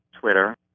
Twitter